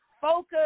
focus